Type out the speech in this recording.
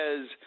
says